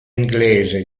inglese